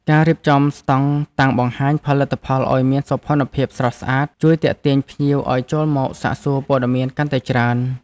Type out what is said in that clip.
ការរៀបចំស្តង់តាំងបង្ហាញផលិតផលឱ្យមានសោភ័ណភាពស្រស់ស្អាតជួយទាក់ទាញភ្ញៀវឱ្យចូលមកសាកសួរព័ត៌មានកាន់តែច្រើន។